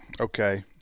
Okay